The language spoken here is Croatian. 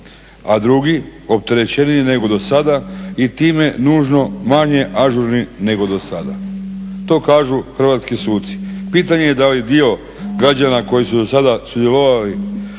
A drugi opterećeniji nego dosada i time nužno manje ažurni nego dosada. To kažu hrvatski suci. Pitanje je da li dio građana koji su dosada sudjelovali